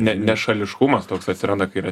ne nešališkumas toks atsiranda kai yra